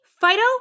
Fido